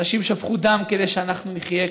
אנשים שפכו דם כדי שאנחנו נחיה כאן.